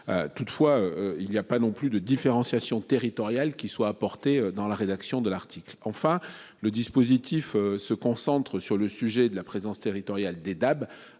Toutefois, il y a pas non plus de différenciation territoriale qui soient apportées dans la rédaction de l'article enfin le dispositif se concentre sur le sujet de la présence territoriale des DAB,